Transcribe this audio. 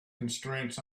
constraints